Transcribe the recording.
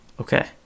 Okay